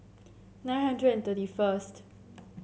nine hundred and thirty first